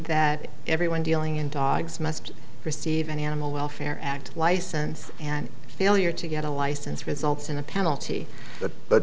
that everyone dealing in dogs must receive any animal welfare act license and failure to get a license results in a penalty but